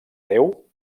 déu